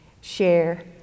share